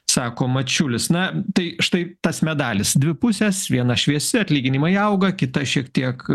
sako mačiulis na tai štai tas medalis dvi pusės viena šviesi atlyginimai auga kita šiek tiek